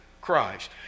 Christ